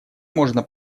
можно